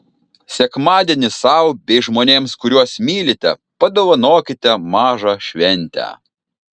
sekmadienį sau bei žmonėms kuriuos mylite padovanokite mažą šventę